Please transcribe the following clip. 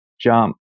jump